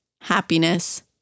happiness